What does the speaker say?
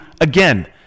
again